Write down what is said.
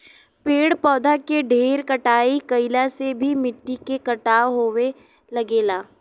पेड़ पौधा के ढेर कटाई भइला से भी मिट्टी के कटाव होये लगेला